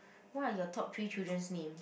what are your top three children's name